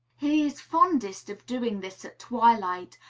he is fondest of doing this at twilight,